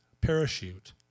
parachute